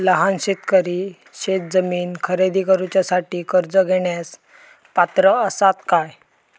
लहान शेतकरी शेतजमीन खरेदी करुच्यासाठी कर्ज घेण्यास पात्र असात काय?